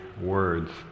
words